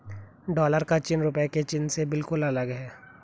dollar का चिन्ह रूपए के चिन्ह से बिल्कुल अलग है